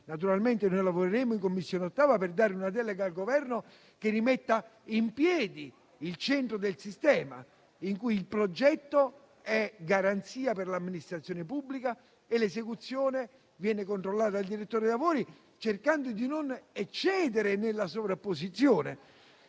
Naturalmente, lavoreremo in 8a Commissione per dare una delega al Governo che rimetta in piedi il sistema, in cui il progetto è garanzia per l'amministrazione pubblica e la sua esecuzione viene controllata dal direttore dei lavori, cercando di non eccedere nella sovrapposizione.